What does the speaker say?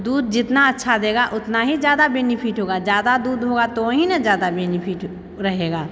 दूध जितना अच्छा देगा उतना ही ज्यादा बेनेफिट होगा ज्यादा दूध होगा तो ही ना ज्यादा बेनेफिट रहेगा